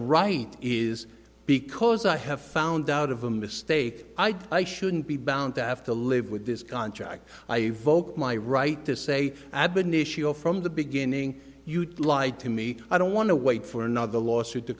right is because i have found out of a mistake i shouldn't be bound to have to live with this contract i evoked my right to say i've been issue from the beginning you lied to me i don't want to wait for another lawsuit to